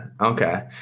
Okay